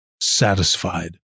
satisfied